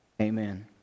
Amen